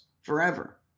forever